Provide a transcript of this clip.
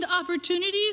opportunities